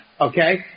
Okay